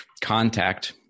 contact